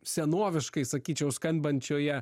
senoviškai sakyčiau skambančioje